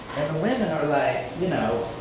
women are like, you know